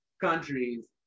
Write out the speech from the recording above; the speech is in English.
countries